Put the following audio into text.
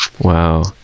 Wow